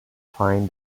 find